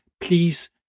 please